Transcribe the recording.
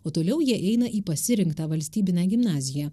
o toliau jie eina į pasirinktą valstybinę gimnaziją